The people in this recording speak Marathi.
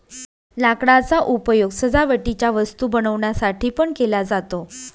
लाकडाचा उपयोग सजावटीच्या वस्तू बनवण्यासाठी पण केला जातो